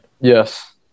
yes